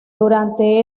durante